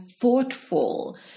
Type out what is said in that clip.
thoughtful